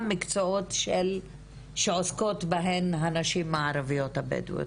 מקצועות שעוסקות בהן הנשים הערביות הבדואיות,